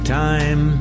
time